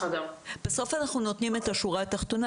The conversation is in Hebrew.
בסוף אנחנו נותנים את השורה התחתונה,